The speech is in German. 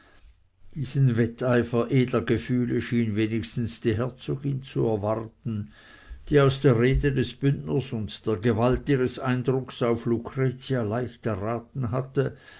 diesen wetteifer edler gefühle schien wenigstens die herzogin zu erwarten die aus der rede des bündners und der gewalt ihres eindrucks auf lucretia leicht erraten hatte